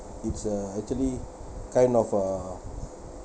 it's uh actually kind of uh